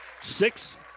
Six